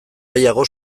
gehiago